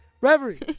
Reverie